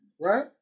Right